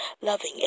loving